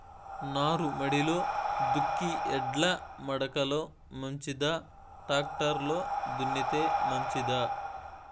నారుమడిలో దుక్కి ఎడ్ల మడక లో మంచిదా, టాక్టర్ లో దున్నితే మంచిదా?